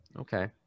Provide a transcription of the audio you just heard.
okay